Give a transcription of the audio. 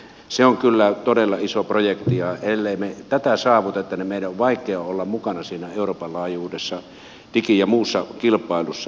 se on kyllä todella iso projekti ja ellemme me tätä saavuta niin meidän on vaikea olla mukana euroopan laajuudessa digi ja muussa kilpailussa